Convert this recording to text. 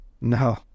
no